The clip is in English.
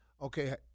Okay